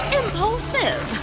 impulsive